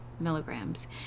milligrams